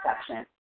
exception